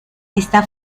está